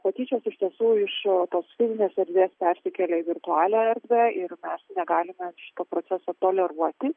patyčios iš tiesų iš tos fizinės erdvės persikėlė į virtualią erdvę ir mes negalime šito proceso toleruoti